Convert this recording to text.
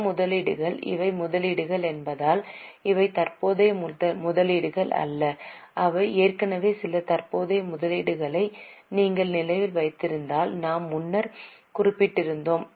பிற முதலீடுகள் இவை முதலீடுகள் என்பதால் இவை தற்போதைய முதலீடுகள் அல்ல அவை ஏற்கனவே சில தற்போதைய முதலீடுகளை நீங்கள் நினைவில் வைத்திருந்தால் நாம் முன்னர் குறிப்பிட்டிருந்தோம்